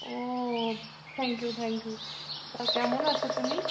O thank you thank you তা কেমন আছো তুমি